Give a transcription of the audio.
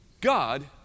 God